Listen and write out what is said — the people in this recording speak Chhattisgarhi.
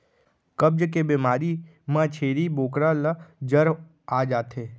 कब्ज के बेमारी म छेरी बोकरा ल जर आ जाथे